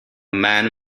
man